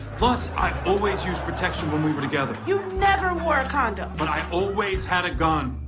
plus i always used protection when we were together. you never wore a condom. but i always had a gun.